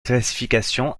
classification